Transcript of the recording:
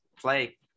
play